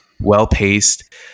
well-paced